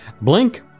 Blink